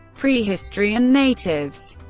pre-history and natives